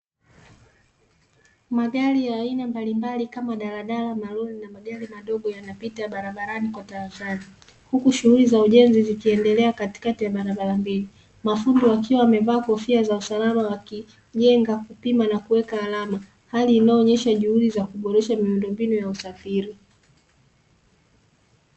Magari ya aina mbalimbali kama: daladala, malori na magari madogo yanapita barabarani kwa tahadhari. Huku shughuli za ujenzi zikiendelea katikati barabara mbili. Mafundi wakiwa wamevaa kofia za usalama wakijenga, kupima na kuweka alama. Hali inayoonesha juhudi za kuboresha miundombinu ya usafiri.